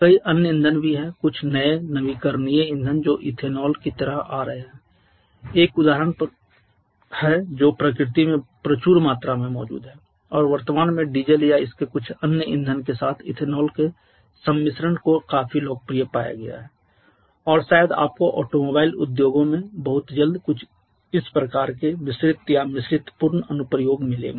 कई अन्य ईंधन भी हैं कुछ नए नवीकरणीय ईंधन जो इथेनॉल की तरह आ रहे हैं एक उदाहरण पर हो सकता है जो प्रकृति में प्रचुर मात्रा में मौजूद है और वर्तमान में डीजल या इसके कुछ अन्य ईंधन के साथ इथेनॉल के सम्मिश्रण को काफी लोकप्रिय पाया गया है और शायद आपको ऑटोमोबाइल उद्योगों में बहुत जल्द कुछ प्रकार के मिश्रित या मिश्रित पूर्ण अनुप्रयोग मिलेंगे